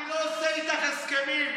אני לא עושה איתך הסכמים.